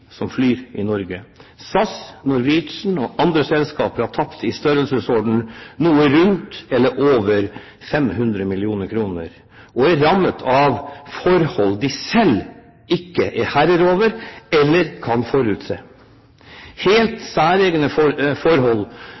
som flyr i Norge. SAS, Norwegian og andre selskaper har tapt i størrelsesorden rundt eller over 500 mill. kr, og er rammet av forhold de selv ikke er herre over eller kan forutse – helt særegne forhold,